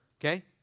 Okay